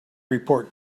report